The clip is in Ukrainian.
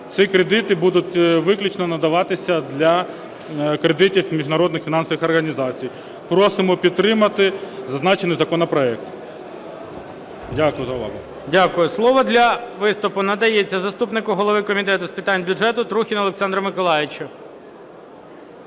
Ці кредити будуть виключно надаватися для кредитів міжнародних фінансових організацій. Просимо підтримати зазначений законопроект. Дякую за увагу. ГОЛОВУЮЧИЙ. Дякую. Слово для виступу надається заступнику голови Комітету з питань бюджету Трухіну Олександру Миколайовичу.